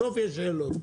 בסוף יש שאלות.